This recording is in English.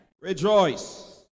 Rejoice